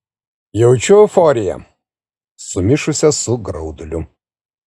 jaučiu euforiją sumišusią su grauduliu